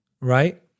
right